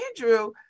Andrew